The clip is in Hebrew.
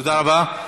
תודה רבה.